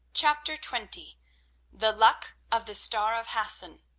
chapter twenty the luck of the star of hassan